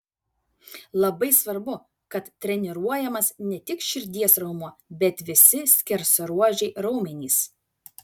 labai svarbu kad treniruojamas ne tik širdies raumuo bet visi skersaruožiai raumenys